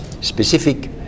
specific